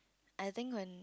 I think when